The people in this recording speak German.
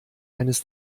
eines